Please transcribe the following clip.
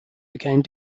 became